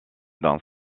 dans